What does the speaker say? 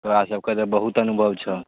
तोरा सबके तऽ बहुत अनुभव छऽ